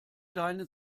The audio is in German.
deine